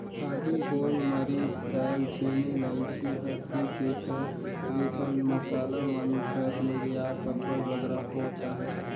आदी, गोल मरीच, दाएल चीनी, लाइची, हरदी, केसर जइसन मसाला मन कर निरयात अब्बड़ बगरा होत अहे